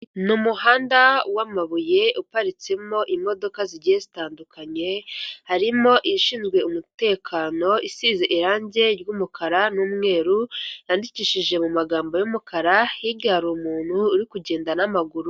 Ni umuhanda w'amabuye uparitsemo imodoka zigiye zitandukanye harimo ishinzwe umutekano isize irangi ry'umukara n'umweru yandikishije mu magambo y'umukara hirya hari umuntu uri kugenda n'amaguru.